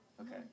Okay